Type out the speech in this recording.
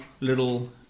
little